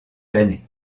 l’année